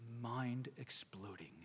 mind-exploding